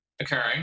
occurring